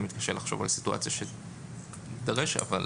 אני מתקשה לחשוב על סיטואציה שתידרש אבל